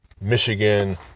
Michigan